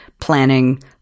planning